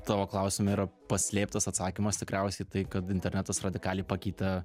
tavo klausime yra paslėptas atsakymas tikriausiai tai kad internetas radikaliai pakeitė